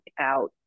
out